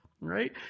right